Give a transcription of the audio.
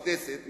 בכנסת,